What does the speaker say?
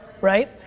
right